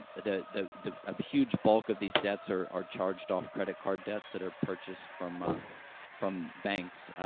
the the the a huge bulk of these debts are are charged-off credit card debts that are purchased from, ah from banks. ah,